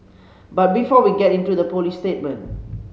but before we get into the police statement